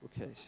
Okay